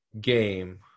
game